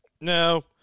No